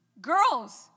girls